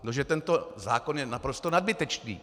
No že tento zákon je naprosto nadbytečný.